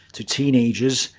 to teenagers,